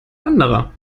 anderer